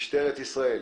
משטרת ישראל.